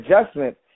adjustments